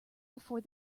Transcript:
before